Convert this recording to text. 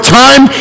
time